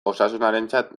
osasunarentzat